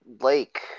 Lake